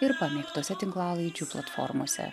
ir pamėgtose tinklalaidžių platformose